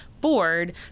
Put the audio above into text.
board